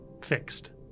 fixed